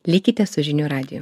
likite su žinių radiju